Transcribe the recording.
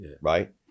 right